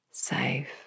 safe